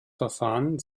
verfahren